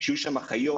שיהיו שם אחיות,